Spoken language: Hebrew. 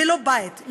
ללא בית,